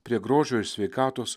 prie grožio ir sveikatos